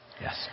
Yes